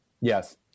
Yes